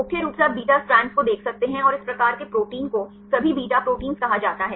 मुख्य रूप से आप बीटा स्ट्रैड की देख सकते हैं और इस प्रकार के प्रोटीन को सभी बीटा प्रोटीन कहा जाता है